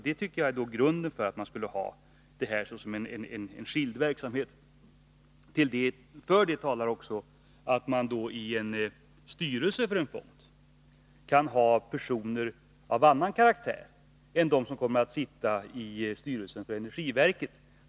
Det tycker jag är motivet för att ha fonden som en skild verksamhet. För detta talar också att man i styrelsen för en fond kan ha personer av annan karaktär än de som kommer att sitta i styrelsen för energiverket.